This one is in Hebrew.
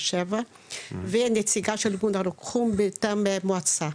שבע ונציגה של ארגון הרוקחות מטעם המועצה,